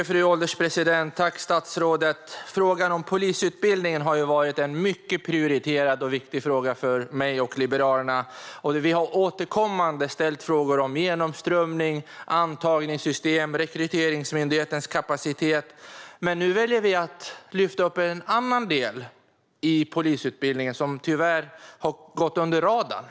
Fru ålderspresident! Jag tackar statsrådet för svaret. Frågan om polisutbildningen har varit en mycket prioriterad och viktig fråga för mig och Liberalerna. Vi har återkommande ställt frågor om genomströmning, antagningssystem och Rekryteringsmyndighetens kapacitet. Nu väljer vi att lyfta fram en annan del i polisutbildningen som tyvärr har gått under radarn.